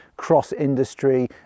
Cross-industry